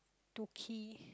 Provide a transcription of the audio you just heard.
Doki